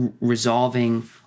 resolving